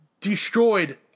destroyed